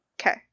Okay